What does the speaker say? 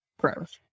growth